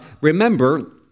Remember